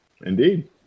Indeed